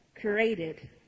created